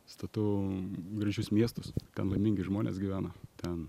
statau gražius miestus ten laimingi žmonės gyvena ten